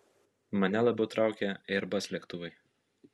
mane labiau traukia airbus lėktuvai